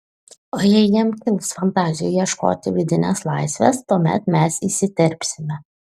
o jei jam kils fantazijų ieškoti vidinės laisvės tuomet mes įsiterpsime